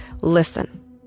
listen